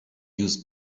use